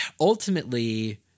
ultimately